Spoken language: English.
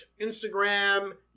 Instagram